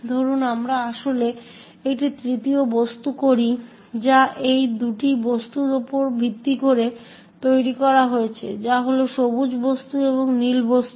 ধরুন আমরা আসলে একটি তৃতীয় বস্তু তৈরি করি যা এই দুটি বস্তুর উপর ভিত্তি করে তৈরি করা হয়েছে যা হল সবুজ বস্তু এবং নীল বস্তু